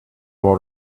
more